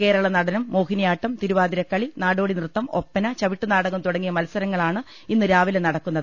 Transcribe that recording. കേരള നടനം മോഹിനിയാട്ടം തിരുവാതിരക്കളി നാടോടി നൃത്തം ഒപ്പന ചവിട്ടുനാടകം തുടങ്ങിയ മത്സരങ്ങള ാണ് ഇന്ന് രാവിലെ നടക്കുന്നത്